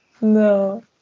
no